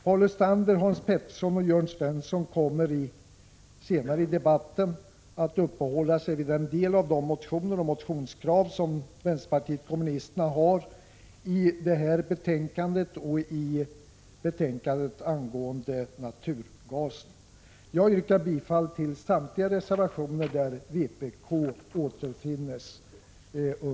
Paul Lestander, Hans Petersson i Hallstahammar och Jörn Svensson kommer senare i debatten att uppehålla sig vid en del av de motioner och motionskrav som vänsterpartiet kommunisterna har i det här betänkandet och i betänkandet angående naturgasen. Jag yrkar bifall till samtliga reservationer där vpk återfinns.